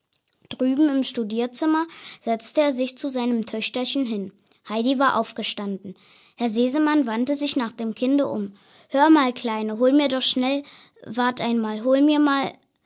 drüben im studierzimmer setzte er sich zu seinem töchterchen hin heidi war aufgestanden herr sesemann wandte sich nach dem kinde um hör mal kleine hol mir doch schnell wart einmal hol mir mal